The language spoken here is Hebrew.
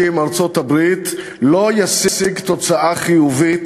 עם ארצות-הברית לא ישיג תוצאה חיובית,